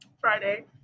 Friday